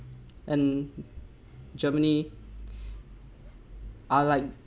and germany are like